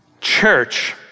Church